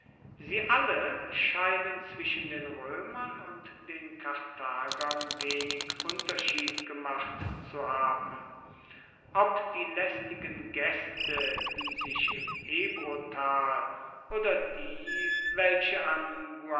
sie alle scheinen zwischen den roemern und den karthagern wenig unterschied gemacht zu haben ob die laestigen gaeste die sich im ebrotal oder die welche